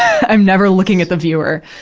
i'm never looking at the viewer.